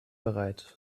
bereit